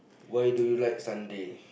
why do you like Sunday